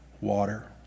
water